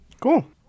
Cool